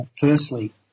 firstly